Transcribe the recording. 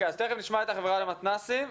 תיכף נשמע את החברה למתנ"סים.